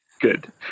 good